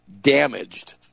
damaged